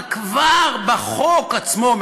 אבל כבר בחוק עצמו,